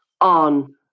on